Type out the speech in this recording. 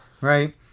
right